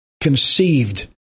conceived